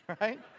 right